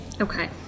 Okay